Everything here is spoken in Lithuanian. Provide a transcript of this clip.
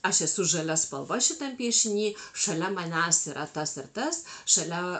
aš esu žalia spalva šitam piešiny šalia manęs yra tas ir tas šalia